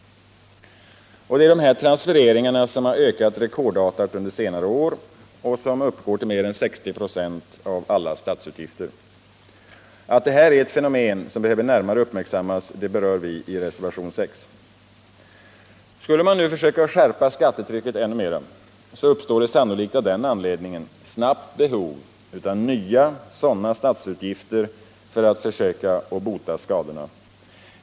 Det är dessa transfereringar som har ökat rekordartat under senare år och som uppgår till mer än 60 ?6 av alla statsutgifter. Att detta fenomen behöver närmare uppmärksammas berör vi i reservation 6. Skulle man nu skärpa skattetrycket än mera, så uppstår det sannolikt av den anledningen snabbt behov av nya sådana statsutgifter för att försöka bota skadorna.